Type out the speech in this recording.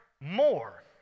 more